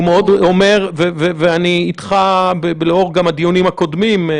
ואני איתך לאור גם הדיונים הקודמים.